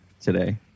today